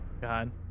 God